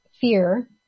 fear